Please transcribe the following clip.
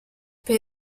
per